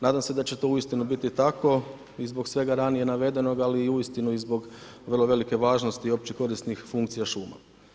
Nadam se da će to uistinu biti tako i zbog svega ranije navedenog ali i uistinu i zbog vrlo velike važnosti opće korisnih funkcija šuma.